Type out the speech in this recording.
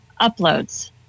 Uploads